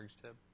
tip